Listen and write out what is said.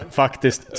faktiskt